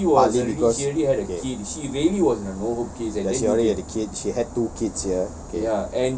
ya but I mean because ya she already had a kid she had two kids here